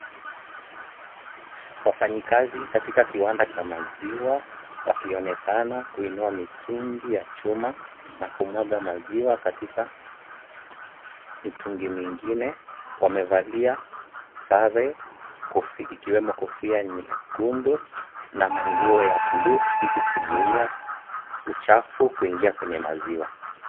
Wafanyikazi katika kiwanda cha maziwa, wakionekana kuinua mitungi ya chuma na kumwaga maziwa katika mitungi mengine. Wamevalia sare ikiwemo kofia nyekundu na nguo ya blue ili kuzuia uchafu kuingia kwenye maziwa.